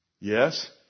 Yes